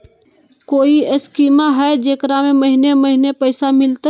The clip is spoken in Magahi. कोइ स्कीमा हय, जेकरा में महीने महीने पैसा मिलते?